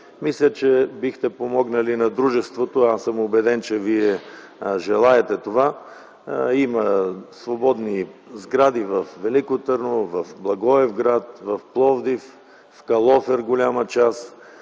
Мисля, че бихте помогнали на дружеството - аз съм убеден, че Вие желаете това, има свободни сгради във Велико Търново, в Благоевград, в Пловдив, голяма част